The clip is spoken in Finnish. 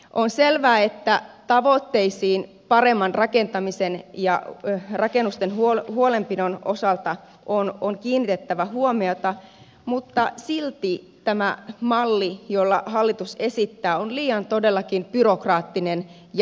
on selvää että tavoitteisiin paremman rakentamisen ja rakennusten huolenpidon osalta on kiinnitettävä huomiota mutta silti tämä malli jota hallitus esittää on todellakin liian byrokraattinen ja kallis